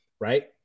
right